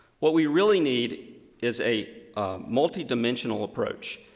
what we really need is a multi dimensional approach,